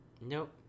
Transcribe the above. Nope